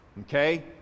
Okay